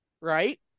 right